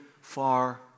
far